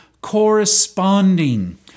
corresponding